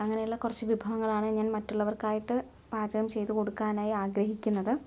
അങ്ങനെയുള്ള കുറച്ചു വിഭവങ്ങളാണ് ഞാൻ മറ്റുള്ളവർക്കായിട്ട് പാചകം ചെയ്തു കൊടുക്കാനായി ആഗ്രഹിക്കുന്നത്